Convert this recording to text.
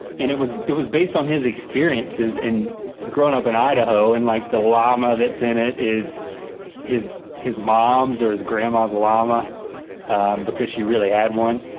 and it was it was based on his experiences in grown up in idaho and like the llama that's in it is his his mom's or his grandma's llama because she really had one.